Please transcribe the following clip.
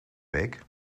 week